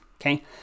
okay